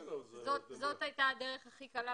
זאת הייתה הדרך הכי קלה והכי מהירה.